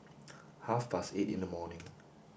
half past eight in the morning